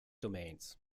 domains